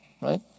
right